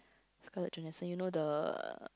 Scarlet-Johanson you know the